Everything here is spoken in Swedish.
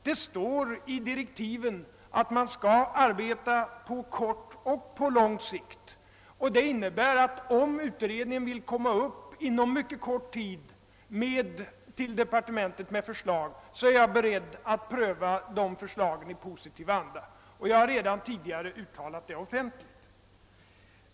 Det står i direktiven att utredningen skall arbeta både på kort och på lång sikt. Om utredningen inom mycket kort tid vill inkomma till departementet med förslag, är jag beredd att pröva dessa i positiv anda — jag har redan tidigare offentligt uttalat detta.